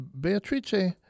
Beatrice